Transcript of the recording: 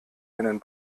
einen